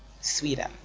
Sweden